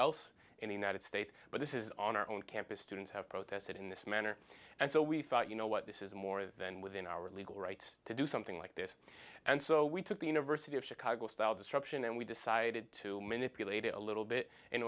else in the united states but this is on our own campus students have protested in this manner and so we thought you know what this is more than within our legal rights to do something like this and so we took the university of chicago style destruction and we decided to manipulate it a little bit in